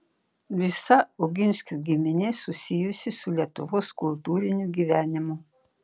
visa oginskių giminė susijusi su lietuvos kultūriniu gyvenimu